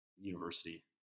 university